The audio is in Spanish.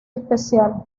especial